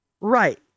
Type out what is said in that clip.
right